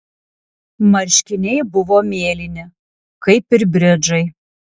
marškiniai buvo mėlyni kaip ir bridžai